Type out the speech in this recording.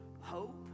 Hope